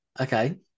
Okay